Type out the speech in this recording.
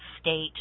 state